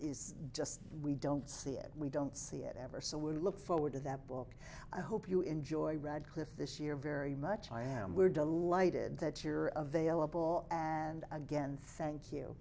is just we don't see it we don't see it ever so we'll look forward to that book i hope you enjoy radcliffe this year very much i am we're delighted that you're of vailable and again thank you